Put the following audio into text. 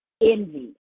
envy